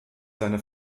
seine